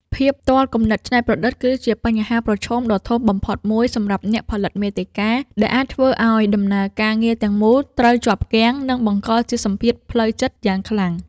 ភាពទាល់គំនិតច្នៃប្រឌិត គឺជាបញ្ហាប្រឈមដ៏ធំបំផុតមួយសម្រាប់អ្នកផលិតមាតិកា ដែលអាចធ្វើឱ្យដំណើរការងារទាំងមូលត្រូវជាប់គាំង និងបង្កជាសម្ពាធផ្លូវចិត្តយ៉ាងខ្លាំង។